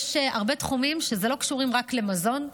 יש הרבה תחומים שלא קשורים רק למזון,